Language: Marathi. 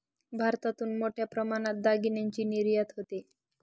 भारतातून मोठ्या प्रमाणात दागिन्यांची निर्यात होते